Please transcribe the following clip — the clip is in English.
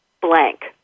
blank